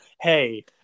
hey